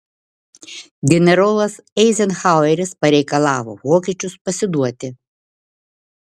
generolas eizenhaueris pareikalavo vokiečius pasiduoti